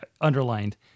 underlined